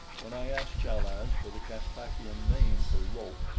when i asked chal-az for the caspakian name for rope,